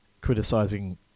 criticizing